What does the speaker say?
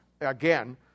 again